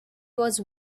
was